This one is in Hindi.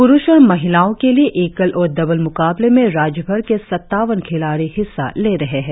पुरुष और महिलाओं के लिए एकल और डबल मुकाबलें में राज्यभर के सत्तावन खिलाड़ी हिस्सा ले रहे है